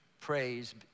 praise